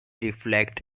reflect